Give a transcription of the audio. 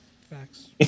Facts